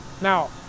Now